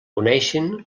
coneixen